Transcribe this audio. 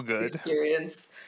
experience